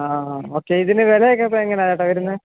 ആഹ് okay ഇതിന് വിലയൊക്കെ അപ്പോൾ എങ്ങനെയേട്ടാ വരുന്നത്